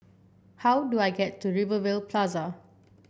how do I get to Rivervale Plaza